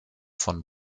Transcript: von